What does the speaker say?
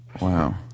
Wow